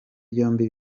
byombi